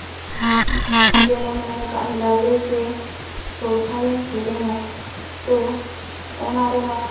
ᱡᱮᱢᱚᱱ ᱢᱚᱱᱮ ᱠᱟᱜ ᱢᱮ ᱞᱟᱜᱽᱬᱮ ᱥᱮ ᱥᱚᱨᱦᱟᱭᱮᱢ ᱥᱮᱨᱮᱧᱟ ᱛᱚ ᱚᱱᱟ ᱨᱮᱱᱟᱜ